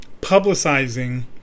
publicizing